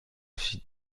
suis